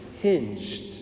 hinged